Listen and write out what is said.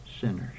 sinners